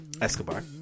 Escobar